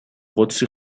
قدسی